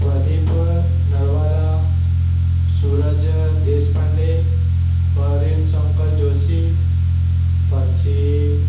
પ્રદીપ નરવાલા સુરજ દેશપાંડે પરવિન શંકર જોશી પછી